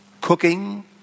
cooking